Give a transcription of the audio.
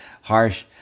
harsh